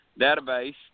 Database